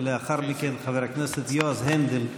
ולאחר מכן חבר הכנסת יועז הנדל יברך,